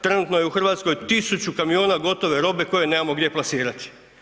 Trenutno je u Hrvatskoj 1.000 kamiona gotove robe koju nemamo gdje plasirati.